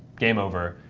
game over,